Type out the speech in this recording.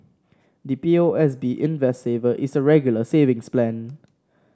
the P O S B Invest Saver is a Regular Savings Plan